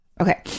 okay